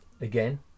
again